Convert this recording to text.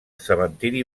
cementiri